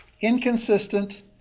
inconsistent